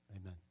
Amen